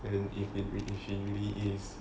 then if it if she really is